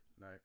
no